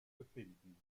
befinden